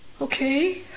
Okay